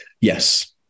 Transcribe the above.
Yes